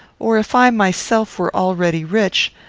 or if i myself were already rich,